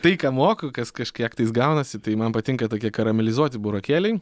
tai ką moku kas kažkiek tais gaunasi tai man patinka tokie karamelizuoti burokėliai